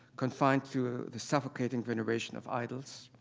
confined to ah the suffocating veneration of idols?